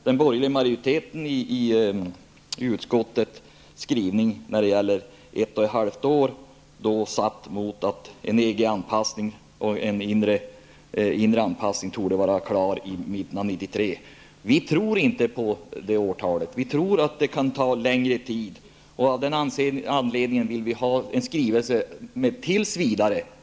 Den borgerliga majoriteten i utskottet skriver att en EG anpassning och en inre anpassning torde vara klara i mitten av 1993, men vi tror inte på det årtalet. Vi tror att det kan ta längre tid, och av den anledningen vill vi ha en skrivning med ''tills vidare''.